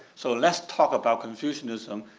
so let's talk about confucianism.